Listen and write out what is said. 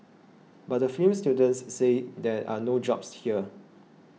but the film students say there are no jobs here